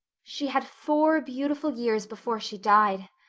she had four beautiful years before she died.